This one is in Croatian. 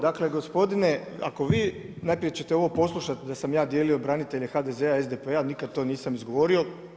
Dakle gospodine, ako vi najprije ćete ovo poslušati, da sam ja dijelio branitelje HDZ-a, SDP-a nikad to nisam izgovorio.